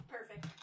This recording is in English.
Perfect